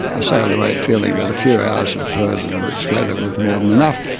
ah sailed away feeling that a few hours of heard in this weather was more than enough.